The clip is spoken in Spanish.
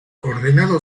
ordenado